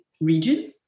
region